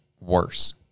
worse